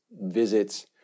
visits